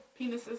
penises